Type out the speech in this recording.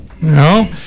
No